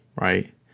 right